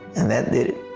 and that did it.